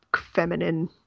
feminine